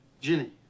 Ginny